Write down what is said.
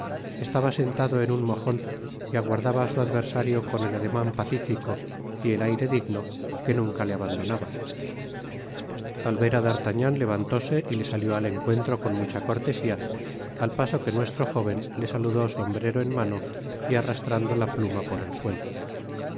estaba sentado en un mojon y aguardaba á su adversario con el ademan pacífico y el aire digno que nunca le abandonaban al ver á d'artagnan levantóse y le salió al encuentro con mucha cortesía al paso que nuestro jóven le saludó sombrero en mano y arrastrando la pluma por el suelo